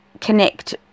connect